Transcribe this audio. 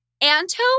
Anto